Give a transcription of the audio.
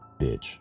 Bitch